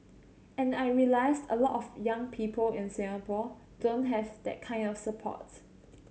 and I realised a lot of young people in Singapore don't have that kind of support